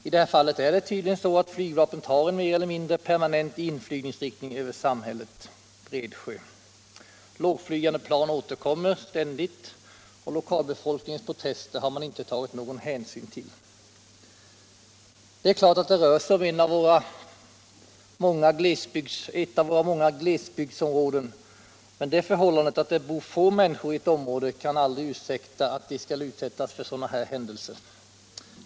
I detta fall har tydligen flygvapnet en mer eller mindre permanent inflygningsriktning över samhället Bredsjö. Lågflygning förekommer ständigt, och lokalbefolkningens protester har man inte tagit någon hänsyn till. Det rör sig ju om ett av våra många glesbygdsområden, men det förhållandet att det bor få människor i ett område kan inte ursäkta att de utsätts för sådana händelser.